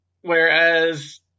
whereas